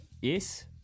Yes